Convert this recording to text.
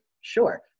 Sure